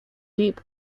deep